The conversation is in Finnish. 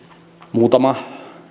muutama